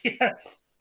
Yes